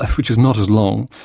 which is not as long.